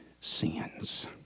sins